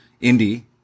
Indy